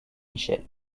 michel